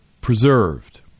preserved